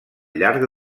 llarg